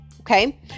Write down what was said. okay